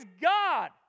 God